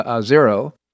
zero